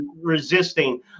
resisting